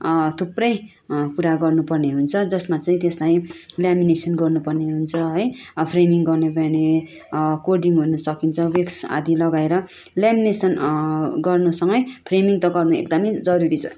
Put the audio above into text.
थुप्रै कुरा गर्नु पर्ने हुन्छ जसमा चाहिँ त्यसलाई लेमिनेसन गर्नुपर्ने हुन्छ है फ्रेमिङ गर्नु पर्ने कोडिङ गर्न सकिन्छ वेक्स आदि लगाएर लेमिनेसन गर्नुसँगै फ्रेमिङ त गर्नु एकदमै जरुरी छ